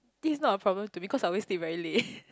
this is not a problem to me cause I always sleep very late